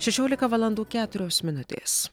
šešiolika valandų keturios minutės